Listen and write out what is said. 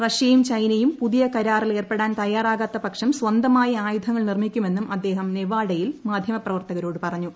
റഷ്യയും ചൈനയും പുതിയ കരാറിലേർപ്പെടാൻ തയ്യാറാകാത്തപക്ഷം സ്വന്തമായി ആയുധങ്ങൾ നിർമ്മിക്കുമെന്നും അദ്ദേഹം നേവാഡയിൽ മാധ്യമ പ്രവർത്തകരോടു പറഞ്ഞു